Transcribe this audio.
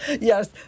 Yes